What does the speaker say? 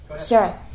sure